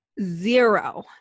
Zero